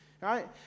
right